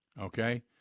Okay